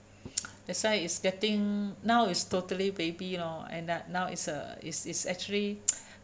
that's why it's getting now is totally baby lor and uh now it's uh it's it's actually